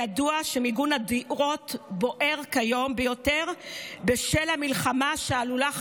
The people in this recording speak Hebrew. ידוע שמיגון הדירות בוער כיום ביותר בשל המלחמה שעלולה,